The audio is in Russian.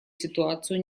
ситуацию